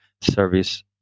service